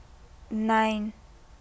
nine